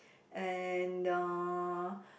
and uh